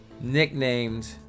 nicknamed